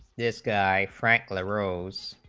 this guy frank liberals